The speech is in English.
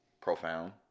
Profound